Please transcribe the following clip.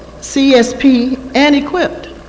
csp, and equip.